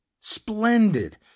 Splendid